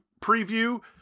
preview